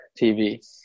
tv